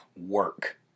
work